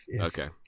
Okay